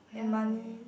ya